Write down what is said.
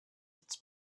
its